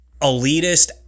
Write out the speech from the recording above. elitist